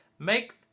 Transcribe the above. Make